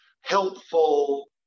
helpful